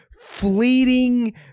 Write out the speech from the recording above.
fleeting